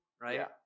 right